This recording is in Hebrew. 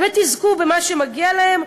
באמת יזכו במה שמגיע להם,